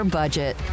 budget